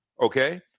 okay